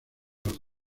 los